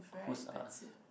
whose ah